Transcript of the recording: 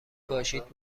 باشید